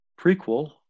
prequel